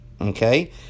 Okay